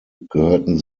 gehörten